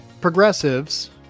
progressives